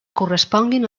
corresponguin